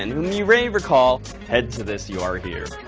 and may recall ted to this you are here.